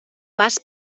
vas